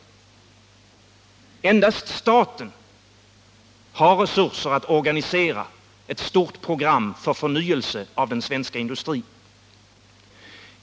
Endast staten har resurser att organisera ett stort program för förnyelse av den svenska industrin.